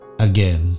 Again